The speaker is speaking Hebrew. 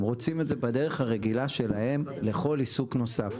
הם רוצים את זה בדרך הרגילה שלהם לכל עיסוק נוסף.